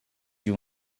you